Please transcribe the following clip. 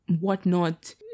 whatnot